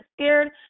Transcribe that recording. scared